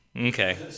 okay